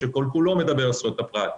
שכל כולו מדבר על זכויות הפרט,